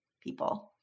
people